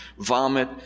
Vomit